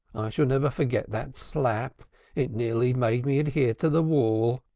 shall never forget that slap it nearly made me adhere to the wall.